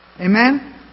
amen